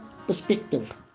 perspective